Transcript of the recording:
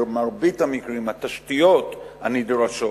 במרבית המקרים, התשתיות הנדרשות